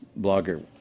blogger